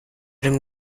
dem